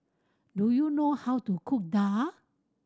do you know how to cook daal